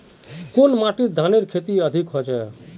कुन माटित धानेर खेती अधिक होचे?